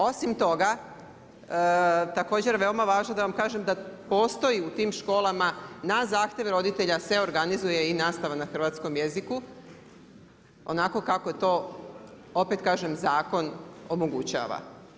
Osim toga, također veoma važno da vam kažem, ta postoji u tim školama, na zahtjev roditelja, se organizira i nastava na hrvatskom jeziku, onako kako je to opet kažem zakon omogućava.